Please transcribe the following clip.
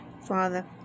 Father